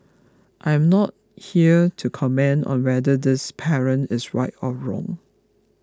I am not here to comment on whether this parent is right or wrong